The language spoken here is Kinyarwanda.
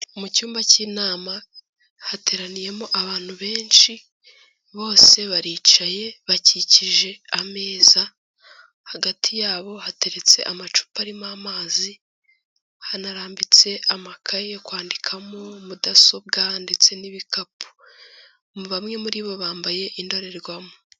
Mu cyumba cy'inama hateraniyemo abantu benshi, bose baricaye bakikije ameza, hagati yabo hateretse amacupa arimo amazi , hanarambitse amakaye yo kwandikamo, mudasobwa ndetse n'ibikapu, bamwe muri bo bambaye indorerwamo.